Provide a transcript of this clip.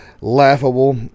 laughable